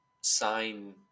sign